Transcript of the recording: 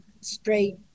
straight